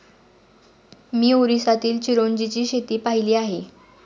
मी ओरिसातील चिरोंजीची शेती पाहिली होती